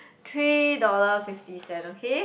three dollar fifty cent okay